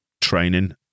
training